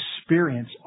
experience